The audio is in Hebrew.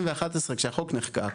כשהחוק נחקק,